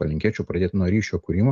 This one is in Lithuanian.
palinkėčiau pradėt nuo ryšio kūrimo